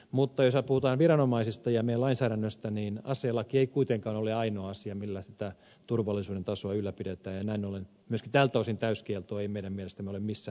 mutta jos me puhumme viranomaisista ja meidän lainsäädännöstämme niin aselaki ei kuitenkaan ole ainoa asia millä sitä turvallisuuden tasoa ylläpidetään ja näin ollen myöskin tältä osin täyskielto ei meidän mielestämme ole missään määrin perusteltu